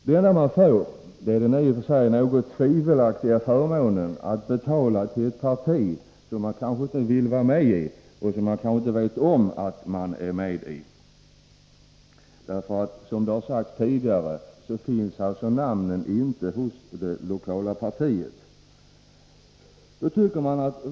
Det enda man får är den i och för sig tvivelaktiga förmånen att betala medlemsavgift till ett parti som man kanske inte vill vara med i och som man kanske inte känner till att man är medlem i. Det har ju sagts tidigare att namnen på medlemmar inte finns hos det lokala partiet.